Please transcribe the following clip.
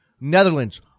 Netherlands